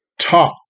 top